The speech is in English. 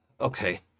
Okay